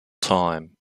time